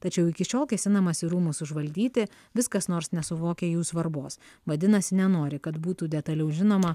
tačiau iki šiol kėsinamasi rūmus užvaldyti vis kas nors nesuvokia jų svarbos vadinasi nenori kad būtų detaliau žinoma